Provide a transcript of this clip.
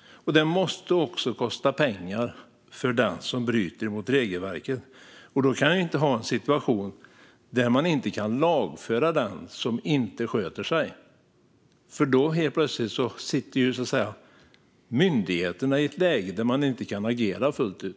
och det måste också kosta pengar för den som bryter mot regelverket. Vi kan inte ha en situation där man inte kan lagföra den som inte sköter sig. Då hamnar ju myndigheterna i ett läge där de inte kan agera fullt ut.